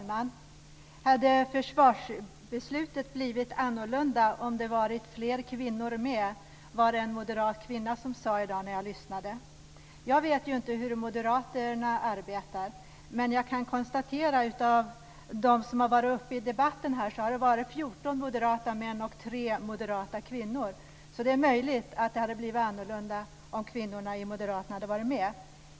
Fru talman! Hade försvarsbeslutet blivit annorlunda om det hade varit fler kvinnor med? hörde jag en moderat kvinna säga här i dag. Jag vet inte hur moderaterna arbetar. Men jag kan konstatera att av de moderater som har varit uppe i debatten här har 14 varit män och 3 kvinnor, så det är möjligt att det hade blivit annorlunda om kvinnorna i moderaterna hade varit med.